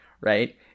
right